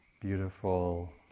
beautiful